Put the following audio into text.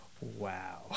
wow